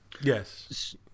Yes